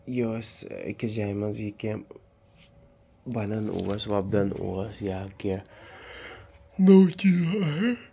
یہِ ٲس أکِس جایہِ منٛز یہِ کینٛہہ بَنان اوس وۄپدان اوس یا کینٛہہ نوٚو